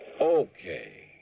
Okay